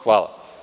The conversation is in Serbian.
Hvala.